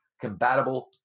Compatible